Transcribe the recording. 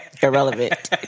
irrelevant